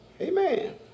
Amen